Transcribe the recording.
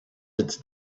its